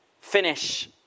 finish